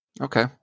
okay